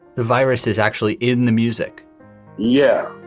the virus is actually in the music yeah.